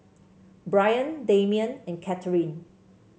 Bryan Damian and Katharine